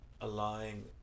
allowing